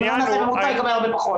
אם לא נעשה הממוצע, הוא יקבל הרבה פחות.